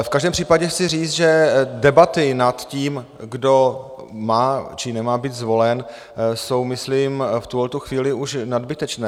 V každém případě chci říct, že debaty nad tím, kdo má, či nemá být zvolen, jsou myslím v tuhle chvíli už nadbytečné.